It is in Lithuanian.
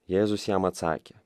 jėzus jam atsakė